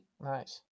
Nice